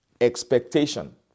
expectation